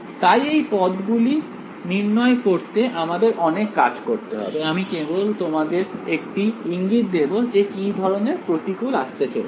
তাই এই পদগুলি নির্ণয় করতে আমাদের অনেক কাজ করতে হবে আমি কেবল তোমাদের একটি ইঙ্গিত দেব যে কি ধরনের প্রতিকূল আসতে চলেছে